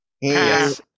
Yes